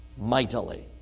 mightily